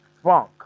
funk